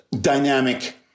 Dynamic